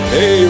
Hey